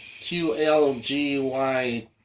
QLGY